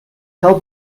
cal